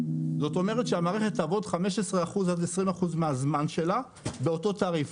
זאת אומרת שהמערכת תעבוד 15%-20% מהזמן שלה באותו תעריף.